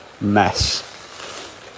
mess